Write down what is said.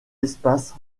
espace